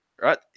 Right